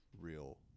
Real